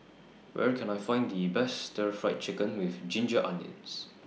Where Can I Find The Best Stir Fried Chicken with Ginger Onions